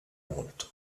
molto